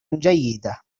جيدة